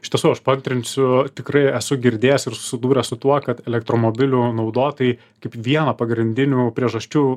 iš tiesų aš paantrinsiu tikrai esu girdėjęs ir susidūręs su tuo kad elektromobilių naudotojai kaip vieną pagrindinių priežasčių